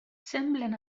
semblen